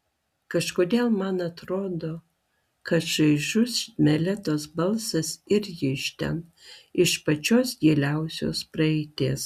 kažkodėl man atrodo kad šaižus meletos balsas irgi iš ten iš pačios giliausios praeities